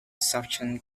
suction